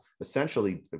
essentially